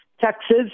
taxes